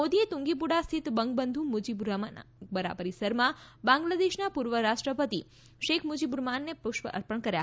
મોદીએ તુંગીપુડા સ્થિત બંગબંધુ મુજિ બુર્રહમાનના મકબરા પરિસરમાં બાંગ્લાદેશના પૂર્વ રાષ્ટ્રપતિ શેખ મુજીબુરહેમાનને પુસ્ય અર્પણ કર્યા